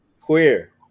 Queer